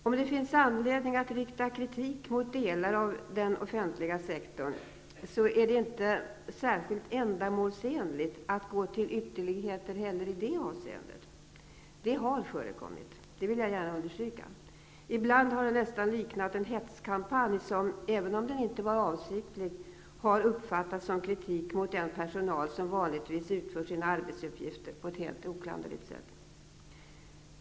Om det finns anledning att rikta kritik mot delar av den offentliga sektorn, så är det inte särskilt ändamålsenligt att gå till ytterligheter heller i det avseendet. Det har förekommit, det vill jag gärna understryka. Ibland har det nästan liknat en hetskampanj som, även om det inte var avsikten, har uppfattats som kritik mot den personal som vanligtvis utför sina arbetsuppgifter på ett helt oklanderligt sätt.